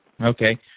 Okay